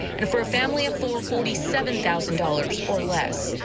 and for a family of four, forty seven thousand dollars or less.